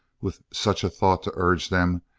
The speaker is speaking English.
with such a thought to urge them,